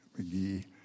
McGee